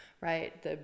right